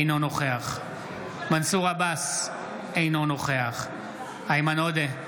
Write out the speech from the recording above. אינו נוכח מנסור עבאס, אינו נוכח איימן עודה,